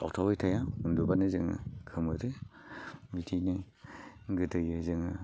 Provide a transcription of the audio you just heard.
सावथाबबाय थाया उन्दुब्लानो जोङो खोमोरो बिदिनो गोदो जोङो